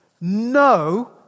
No